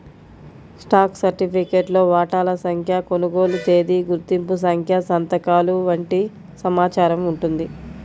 stock సర్టిఫికేట్లో వాటాల సంఖ్య, కొనుగోలు తేదీ, గుర్తింపు సంఖ్య సంతకాలు వంటి సమాచారం ఉంటుంది